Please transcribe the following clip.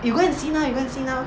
you go and see now you go and see now